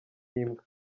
imbwa